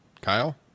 Kyle